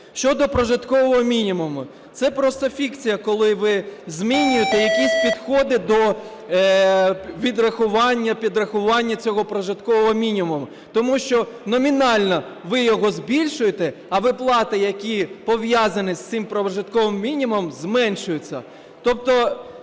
Щодо прожиткового мінімуму. Це просто фікція, коли ви змінюєте якісь підходи до відрахування, підрахування цього прожиткового мінімуму, тому що номінально ви його збільшуєте, а виплати, які пов'язані з цим прожитковим мінімумом, зменшуються. Тобто